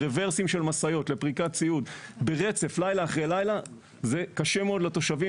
רברסים של משאיות לפריקת ציוד ברצף לילה אחרי לילה זה קשה מאוד לתושבים